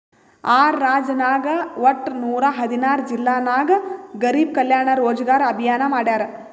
R ರಾಜ್ಯನಾಗ್ ವಟ್ಟ ನೂರಾ ಹದಿನಾರ್ ಜಿಲ್ಲಾ ನಾಗ್ ಗರಿಬ್ ಕಲ್ಯಾಣ ರೋಜಗಾರ್ ಅಭಿಯಾನ್ ಮಾಡ್ಯಾರ್